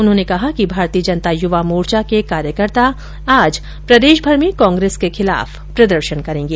उन्होंने कहा कि भाारतीय जनता युवा मोर्चा के कार्यकर्ता आज प्रदेशभर में कांग्रेस के खिलाफ प्रदर्शन करेंगे